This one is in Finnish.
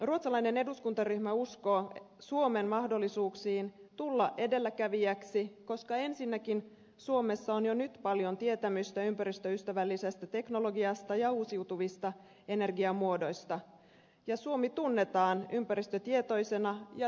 ruotsalainen eduskuntaryhmä uskoo suomen mahdollisuuksiin tulla edelläkävijäksi koska ensinnäkin suomessa on jo nyt paljon tietämystä ympäristöystävällisestä teknologiasta ja uusiutuvista energiamuodoista ja suomi tunnetaan ympäristötietoisena ja luonnonläheisenä maana